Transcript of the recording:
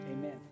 amen